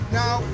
now